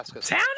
Town